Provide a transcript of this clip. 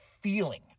feeling